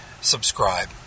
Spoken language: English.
subscribe